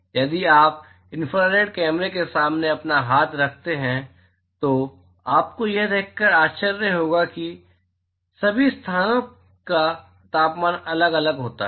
इसलिए यदि आप इन्फ्रारेड कैमरे के सामने अपना हाथ रखते हैं तो आपको यह देखकर आश्चर्य होगा कि सभी स्थानों का तापमान अलग अलग होता है